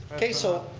okay so